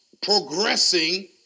progressing